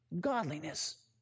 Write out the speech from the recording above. godliness